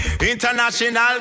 International